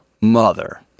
mother